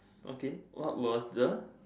okay what was the